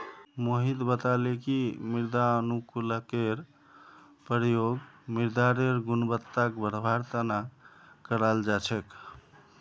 मोहित बताले कि मृदा अनुकूलककेर प्रयोग मृदारेर गुणवत्ताक बढ़वार तना कराल जा छेक